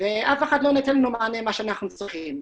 לא נותן לנו מענה למה שאנחנו צריכים.